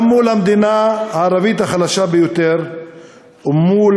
גם מול המדינה הערבית החלשה ביותר ומול